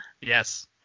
Yes